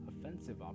offensive